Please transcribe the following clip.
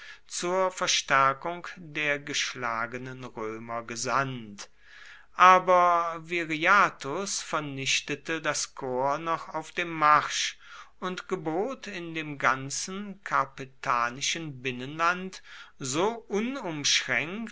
zur verstärkung der geschlagenen römer gesandt aber viriathus vernichtete das korps noch auf dem marsch und gebot in dem ganzen karpetanischen binnenland so